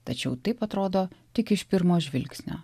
tačiau taip atrodo tik iš pirmo žvilgsnio